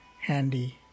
handy